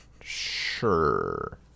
Sure